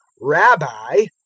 rabbi,